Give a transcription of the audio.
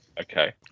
Okay